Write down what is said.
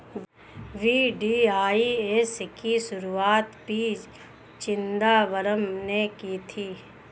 VDIS की शुरुआत P Chidambaram ने की थी